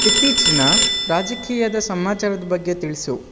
ಇತ್ತೀಚಿನ ರಾಜಕೀಯದ ಸಮಾಚಾರದ ಬಗ್ಗೆ ತಿಳಿಸು